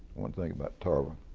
one thing about tarver, i